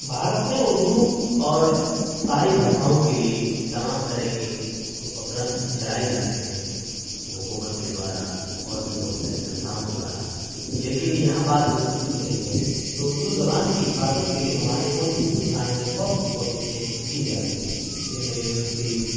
بھارت میں اردو اور ساری بھاشاؤں کے لیے تمام طرح کے اپکرم چلائے جاتے ہیں حکومت کے دوارا اور بھی بہت ساری سنستھاؤں کے دوارا لیکن یہاں بات اردو کی چلی ہے تو اردو زبان کی حفاظت کے لیے ہمارے ملک ہندوستان میں بہت سی کوششیں کی جا رہی ہیں جن میں یونیورسٹیز